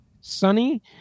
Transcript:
sunny